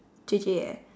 J_J eh